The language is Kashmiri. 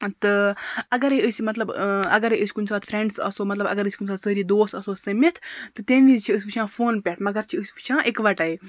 تہٕ اگرَے أسۍ مطلب اَگَرے أسۍ کُنہِ ساتہٕ فرٛٮ۪نٛڈٕس آسو مطلب اَگَر أسۍ کُنہِ ساتہٕ سٲری دوس آسو سٔمِتھ تہٕ تمہِ وِزِ چھِ أسۍ وٕچھان فون پٮ۪ٹھ مگر چھِ أسۍ وٕچھان اِکوَٹَے